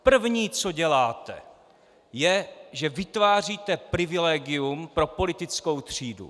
První, co děláte, je, že vytváříte privilegium pro politickou třídu.